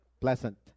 pleasant